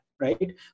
Right